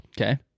okay